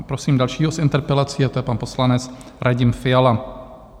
Prosím dalšího s interpelací, a to je pan poslanec Radim Fiala.